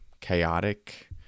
chaotic